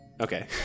Okay